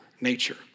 nature